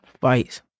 Fights